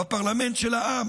בפרלמנט של העם?